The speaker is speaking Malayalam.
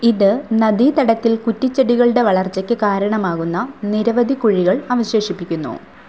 ഇത് നദീ തടത്തിൽ കുറ്റിച്ചെടികളുടെ വളർച്ചയ്ക്ക് കാരണമാകുന്ന നിരവധി കുഴികൾ അവശേഷിപ്പിക്കുന്നു